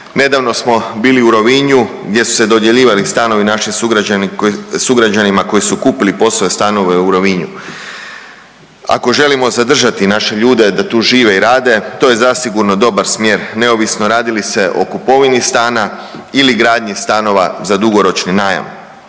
Nedavno smo bili u Rovinju gdje su se dodjeljivali stanovi naših sugrađanima koji su kupili POS-ove stanove u Rovinju. Ako želimo zadržati naše ljude da tu žive i rade, to je zasigurno dobar smjer, neovisno radi li se o kupovini stana ili gradnji stanova za dugoročni najam.